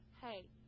hey